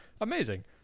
Amazing